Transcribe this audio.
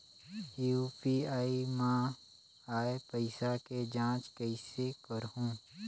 UPI मा आय पइसा के जांच कइसे करहूं?